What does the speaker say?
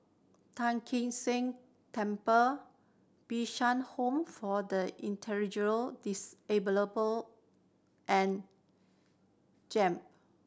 Tai Kak Seah Temple Bishan Home for the Intellectual Disabled and JEM